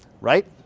right